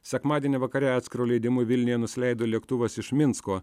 sekmadienį vakare atskiru leidimu vilniuje nusileido lėktuvas iš minsko